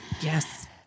Yes